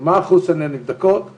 בשעה שהאישה אכן סובלת מסרטן השד,